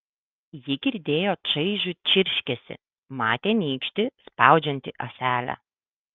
ji girdėjo čaižų čirškesį matė nykštį spaudžiantį ąselę